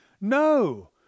No